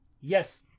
Yes